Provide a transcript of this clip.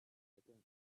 vacancy